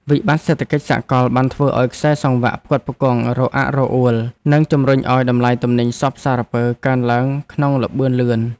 វិបត្តិសេដ្ឋកិច្ចសកលបានធ្វើឱ្យខ្សែសង្វាក់ផ្គត់ផ្គង់រអាក់រអួល និងជំរុញឱ្យតម្លៃទំនិញសព្វសារពើកើនឡើងក្នុងល្បឿនលឿន។